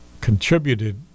contributed